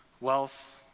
wealth